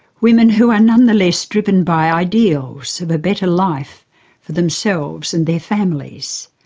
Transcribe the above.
women who are nonetheless driven by ideals of a better life for themselves and their families.